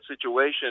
situation